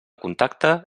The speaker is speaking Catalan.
contacte